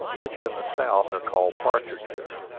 which in the south are called partridges,